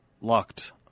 locked